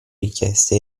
richieste